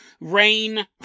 Rain